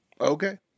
Okay